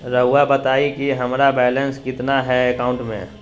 रहुआ बताएं कि हमारा बैलेंस कितना है अकाउंट में?